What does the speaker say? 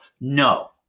No